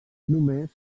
només